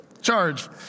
charge